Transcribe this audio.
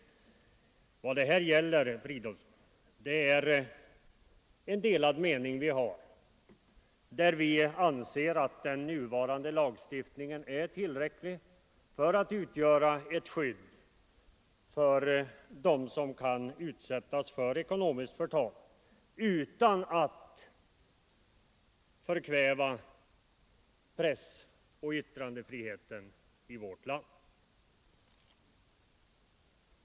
Vad det här gäller, herr Fridolfsson, är att vi har en annan mening. Vi anser att den nuvarande lagstiftningen är tillräcklig för att utgöra skydd för dem som kan utsättas för ekonomiskt förtal, och att man inte behöver förkväva pressoch yttrandefriheten i vårt land.